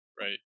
right